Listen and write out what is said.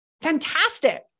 Fantastic